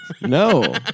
No